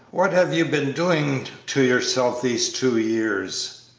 what have you been doing to yourself these two years?